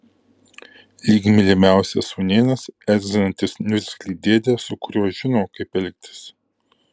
lyg mylimiausias sūnėnas erzinantis niurzglį dėdę su kuriuo žino kaip elgtis